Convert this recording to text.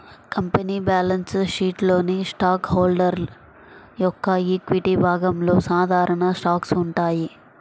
company balance షీట్లోని stockholder యొక్క equity విభాగంలో సాధారణ స్టాక్స్ ఉంటాయి